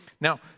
Now